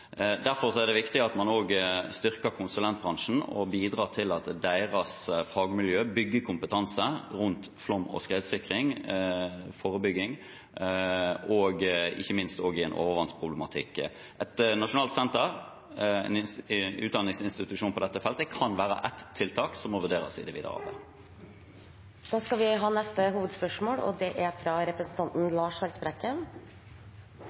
Derfor er det viktig at man også styrker konsulentbransjen og bidrar til at deres fagmiljø bygger kompetanse rundt flom- og skredsikring og flom- og skredforebygging, ikke minst også i en overgangsproblematikk. Et nasjonalt senter, en utdanningsinstitusjon på dette feltet, kan være ett tiltak som må vurderes i det videre arbeid. Vi går til neste hovedspørsmål. Mitt spørsmål går til olje- og